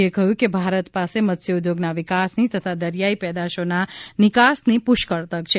શ્રી મોદીએ કહ્યું કે ભારત પાસે મત્સ્યોદ્યોગના વિકાસની તથા દરિયાઇ પેદાશોના નીકાસની પુષ્ઠળ તક છે